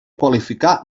qualificar